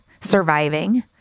surviving